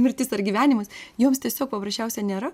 mirtis ar gyvenimas joms tiesiog paprasčiausia nėra